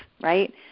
right